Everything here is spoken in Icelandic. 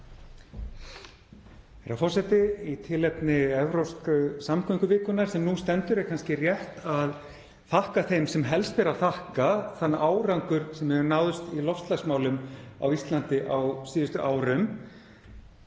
Herra forseti. Í tilefni Evrópsku samgönguvikunnar sem nú stendur yfir er kannski rétt að þakka þeim sem helst ber að þakka þann árangur sem náðst hefur í loftslagsmálum á Íslandi á síðustu árum,